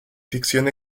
ficción